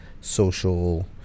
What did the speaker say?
social